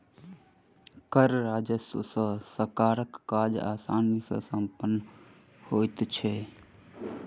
कर राजस्व सॅ सरकारक काज आसानी सॅ सम्पन्न होइत छै